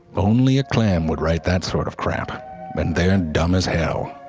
only a clam would write that sort of crap and they are dumb as hell